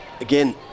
again